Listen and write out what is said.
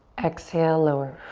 exhale, lower.